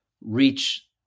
reach